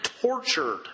tortured